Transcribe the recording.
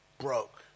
broke